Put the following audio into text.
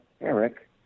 Eric